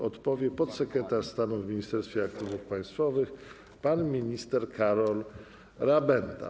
Odpowie podsekretarz stanu w Ministerstwie Aktywów Państwowych, pan minister Karol Rabenda.